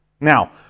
Now